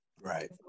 Right